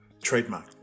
trademark